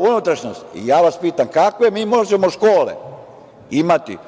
unutrašnjost. Ja vas pitam – kakve mi možemo škole imati